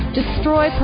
destroy